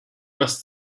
must